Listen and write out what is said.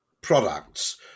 products